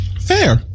Fair